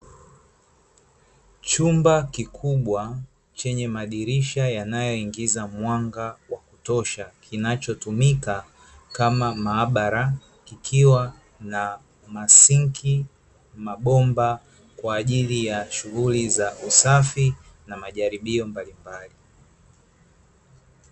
Chumba kikubwa, chenye madirisha yanayoingiza mwanga wa kutosha, kinachotumika kama maabara, kikiwa na masinki, mabomba, kwa ajili ya shughuli za usafi na majaribio mbalimbali.